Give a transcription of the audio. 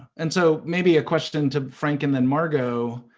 and so, maybe a question to frank and then margot,